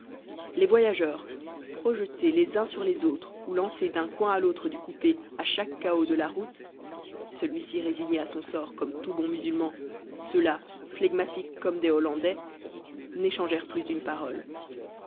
les voyageurs projetés les uns sur les autres ou lancés d'un coin à l'autre du coupé à chaque cahot de la route celui-ci résigné à son sort comme tout bon musulman ceux-là flegmatiques comme des hollandais n'échangèrent plus une parole